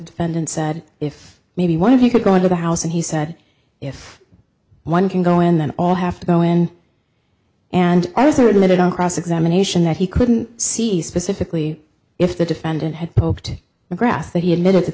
defendant said if maybe one of you could go into the house and he said if one can go in then all have to go in and i was certain that on cross examination that he couldn't see specifically if the defendant had poked the grass that he admitted that